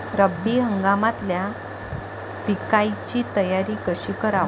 रब्बी हंगामातल्या पिकाइची तयारी कशी कराव?